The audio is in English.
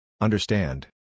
Understand